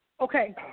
Okay